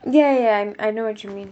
ya ya I know what you mean